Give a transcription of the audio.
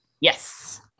Yes